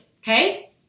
okay